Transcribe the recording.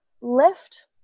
left